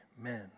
Amen